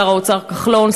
שר האוצר כחלון,